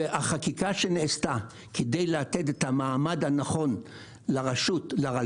והחקיקה שנעשתה כדי לתת את המעמד הנכון לרלב"ד